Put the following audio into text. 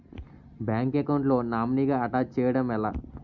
Bank account లో నామినీగా attach చేయడం ఎలా?